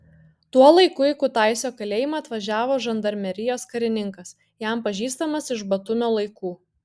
tuo laiku į kutaisio kalėjimą atvažiavo žandarmerijos karininkas jam pažįstamas iš batumio laikų